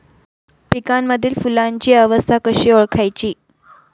पिकांमधील फुलांची अवस्था कशी ओळखायची?